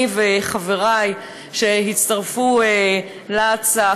אני וחבריי שהצטרפו להצעה,